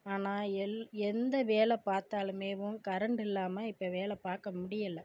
ஆனால் எல் எந்த வேலை பார்த்தாலுமேவும் கரண்ட் இல்லாமல் இப்போ வேலை பார்க்க முடியலை